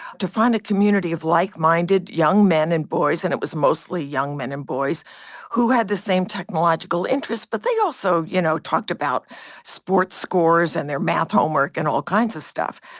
to find a community of like minded young men and boys and it was mostly young men and boys who had the same technological interests but they also you know talked about sports scores and their math homework and all kinds of stuff.